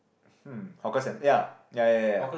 hmm hawker cen~ ya ya ya ya ya